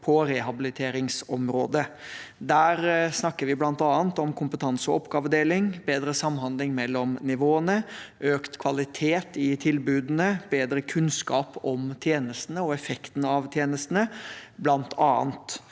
på rehabiliteringsområdet. Der snakker vi bl.a. om kompetanse og oppgavedeling, bedre samhandling mellom nivåene, økt kvalitet i tilbudene og bedre kunnskap om tjenestene og effekten av tjenestene. For å kunne